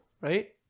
right